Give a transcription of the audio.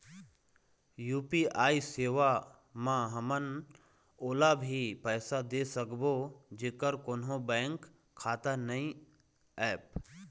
UPI सेवा म हमन ओला भी पैसा दे सकबो जेकर कोन्हो बैंक खाता नई ऐप?